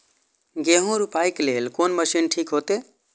गेहूं रोपाई के लेल कोन मशीन ठीक होते?